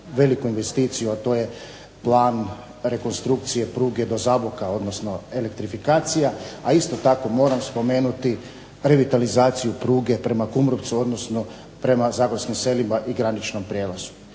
veliku investiciju a to je plan rekonstrukcije pruge do Zaboga odnosno elektrifikacija, a isto tako moram spomenuti revitalizaciju pruge prema Kumrovcu odnosno prema zagorskim selima i graničnom prijelazu.